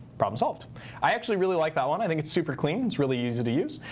problem solved i actually really like that one. i think it's super clean. it's really easy to use.